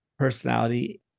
personality